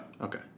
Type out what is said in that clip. Okay